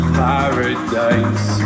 paradise